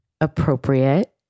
appropriate